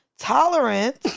Tolerance